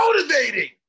motivating